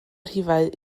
rhifau